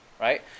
right